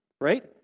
right